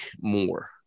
more